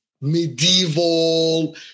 medieval